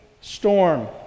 storm